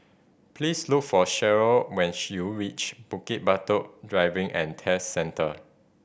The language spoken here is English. please look for Sheryl when you reach Bukit Batok Driving and Test Centre